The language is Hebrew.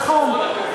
נכון.